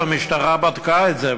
והמשטרה בדקה את זה,